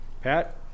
Pat